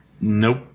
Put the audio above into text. Nope